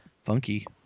funky